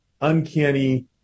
uncanny